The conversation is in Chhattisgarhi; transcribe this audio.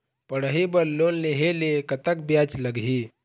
पढ़ई बर लोन लेहे ले कतक ब्याज लगही?